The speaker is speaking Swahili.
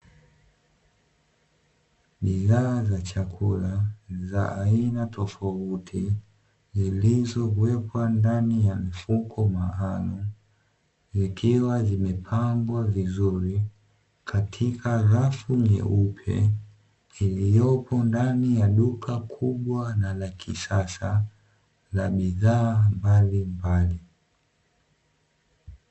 Bidhaa za chakula za aina tofauti zilizowekwa ndani ya mifuko maalumu, zikiwa zimepangwa vizuri katika rafu nyeupe iliyopo ndani ya duka kubwa na la kisasa la bidhaa mbalimbali.